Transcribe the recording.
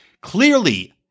clearly